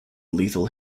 lethal